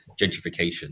gentrification